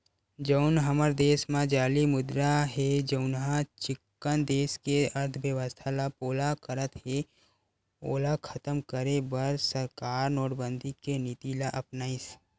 जउन हमर देस म जाली मुद्रा हे जउनहा चिक्कन देस के अर्थबेवस्था ल पोला करत हे ओला खतम करे बर सरकार नोटबंदी के नीति ल अपनाइस